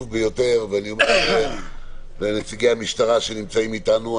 ביותר ואני אומר את זה לנציגי המשטרה שנמצאים איתנו.